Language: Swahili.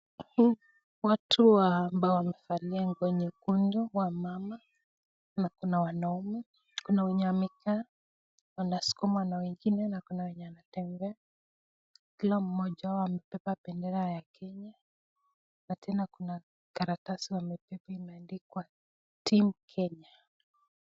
Watu ambao wamevalia nguo nyekundu, kuna wamama kuna wanaume wenye wamekaa wanaskuma, na wengine wenye wanatembea, kila mmoja wao amebeba bendera ya Kenya na tena kuna karatasi wamebeba imeandikwa team Kenya .